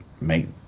make